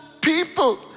people